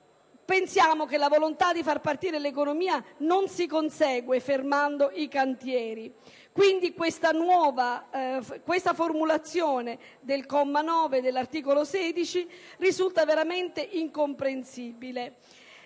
Pensiamo che la volontà di far partire l'economia non si consegue fermando i cantieri. Quindi la formulazione del comma 9 dell'articolo 16 risulta veramente incomprensibile.